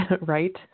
Right